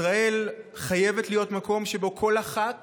ישראל חייבת להיות מקום שבו כל אחת